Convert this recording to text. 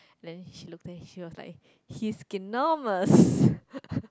then she look then she was like he is genomes